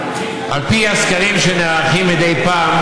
והיא רזה וחסרת שיניים וללא שערות,